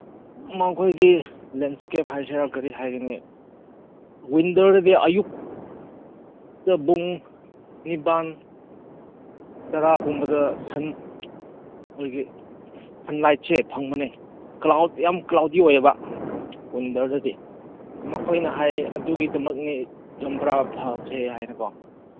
ꯃꯈꯣꯏꯒꯤ ꯂꯦꯟꯏꯁꯀꯦꯞ ꯍꯥꯏꯁꯤꯔꯥ ꯀꯔꯤ ꯍꯥꯏꯒꯅꯤ ꯋꯤꯟꯇꯔꯗꯗꯤ ꯑꯌꯨꯛꯗ ꯄꯨꯡ ꯅꯤꯄꯥꯟ ꯇꯔꯥꯒꯨꯝꯕꯗ ꯁꯟ ꯑꯩꯈꯣꯏꯒꯤ ꯁꯟꯂꯥꯏꯠꯁꯦ ꯐꯪꯕꯅꯦ ꯀ꯭ꯂꯥꯎꯠ ꯌꯥꯝ ꯀ꯭ꯂꯥꯎꯗꯤ ꯑꯣꯏꯌꯦꯕ ꯋꯤꯟꯇꯔꯗꯗꯤ ꯃꯈꯣꯏꯅ ꯍꯥꯏ ꯑꯗꯨꯒꯤꯗꯃꯛꯅꯦ ꯆꯝꯄ꯭ꯔꯥ ꯐꯕꯁꯦ ꯍꯥꯏꯅꯀꯣ